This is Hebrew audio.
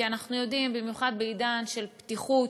כי אנחנו יודעים, במיוחד בעידן של פתיחות,